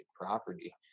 property